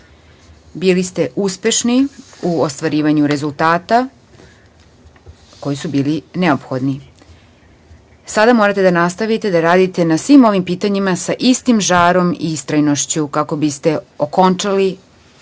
ste uspešni u ostvarivanju rezultata koji su bili neophodni, sada morate da nastavite da radite na svim ovim pitanjima sa istim žarom i istrajnošću, kako biste okončali